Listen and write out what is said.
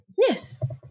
Yes